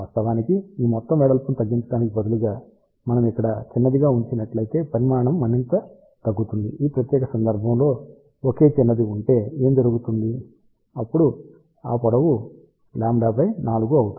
వాస్తవానికి ఈ మొత్తం వెడల్పును తగ్గించడానికి బదులుగా మనం ఇక్కడ చిన్నదిగా ఉంచినట్లయితే పరిమాణం మరింత తగ్గుతుంది ఆ ప్రత్యేక సందర్భంలో ఒకే చిన్నది ఉంటే ఏమి జరుగుతుంది అప్పుడు ఈ పొడవు λ4 అవుతుంది